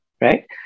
right